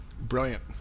Brilliant